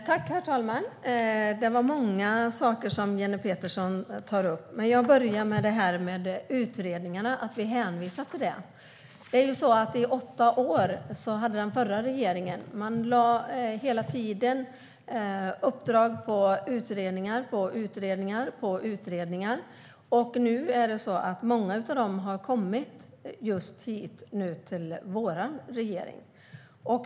Herr talman! Det var många saker som Jenny Petersson tog upp. Jag börjar med utredningarna och att vi hänvisar till dem. Det var ju så att i åtta år lade den förra regeringen hela tiden uppdrag på utredning efter utredning. Många av dem har nu kommit till vår regering.